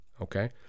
okay